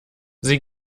sie